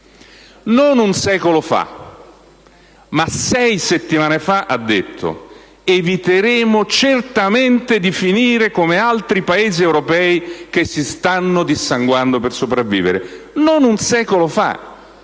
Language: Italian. Non un secolo fa, ma sei settimane fa, ha detto: "eviteremo certamente di finire come altri Paesi europei che si stanno dissanguando per sopravvivere". Non un secolo fa,